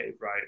right